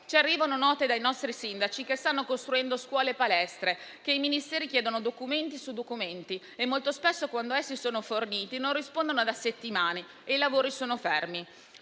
Ci arrivano note dai nostri sindaci che stanno costruendo scuole e palestre in cui ci dicono che i Ministeri chiedono documenti su documenti e molto spesso, anche quando vengono loro forniti, non rispondono per settimane e i lavori sono fermi.